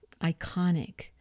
iconic